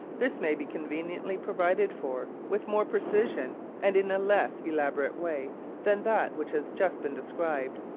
this may be conveniently provided for, with more precision and in a less elaborate way than that which has just been described,